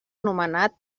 anomenat